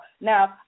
Now